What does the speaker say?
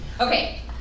Okay